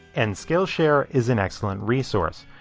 and skillshare is an excellent resource.